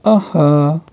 آہا